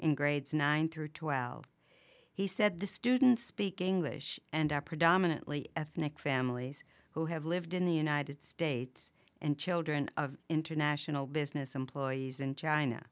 in grades nine through twelve he said the students speak english and are predominantly ethnic families who have lived in the united states and children of international business employees in china